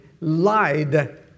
lied